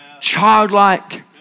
childlike